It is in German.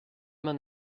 man